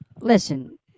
Listen